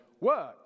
work